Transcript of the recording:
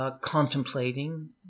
contemplating